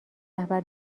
رهبر